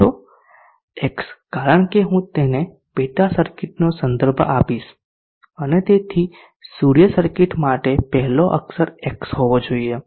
x કારણ કે હું તેને પેટા સર્કિટનો સંદર્ભ આપીશ અને તેથી સૂર્ય સર્કિટ માટે પહેલો અક્ષર x હોવો જોઈએ